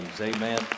Amen